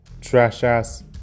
trash-ass